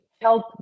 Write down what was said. help